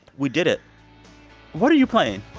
we did it what are you playing?